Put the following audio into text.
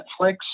Netflix